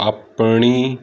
ਆਪਣੀ